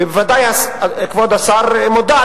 וגם הפיתוח היה על משרד השיכון.